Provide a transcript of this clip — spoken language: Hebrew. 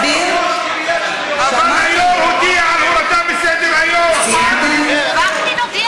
עוברים להצעות החוק שהיו בסדר-היום בתחילת